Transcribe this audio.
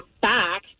back